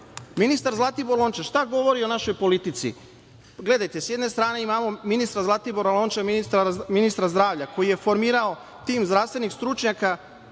tamo. Ministar Zlatibor Lončar, šta govori o našoj politici? Gledajte, sa jedne strane imamo ministra Zlatibora Lončara, ministra zdravlja koji je formirao tim zdravstvenih stručnjaka